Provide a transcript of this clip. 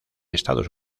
estados